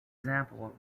example